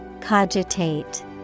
Cogitate